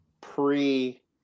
pre